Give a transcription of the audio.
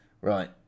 Right